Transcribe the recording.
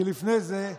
כי לפני זה,